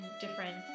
different